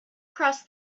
across